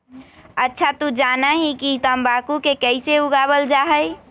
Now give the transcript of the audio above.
अच्छा तू जाना हीं कि तंबाकू के कैसे उगावल जा हई?